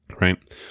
Right